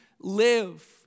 live